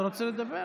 אתה רוצה לדבר?